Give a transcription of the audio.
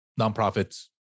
nonprofits